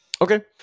okay